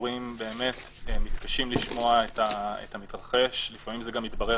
עצורים מתקשים לשמוע את המתרחש, לפעמים זה מתברר